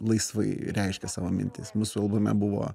laisvai reiškia savo mintis mūsų albume buvo